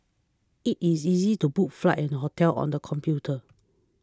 it is easy to book flights and hotels on the computer